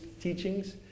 teachings